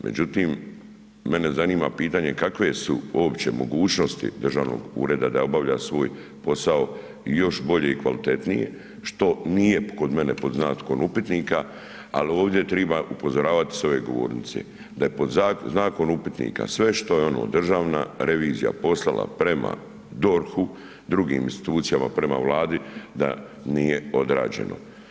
Međutim, mene zanima pitanje kakve su uopće mogućnosti državnog ureda da obavlja svoj posao i još bolje i kvalitetnije, što nije kod mene pod znakom upitnika, al ovdje triba upozoravat s ove govornice, da je pod znakom upitnika sve što je ono državna revizija poslala prema DORH-u, drugim institucijama, prema Vladi da nije odraženo.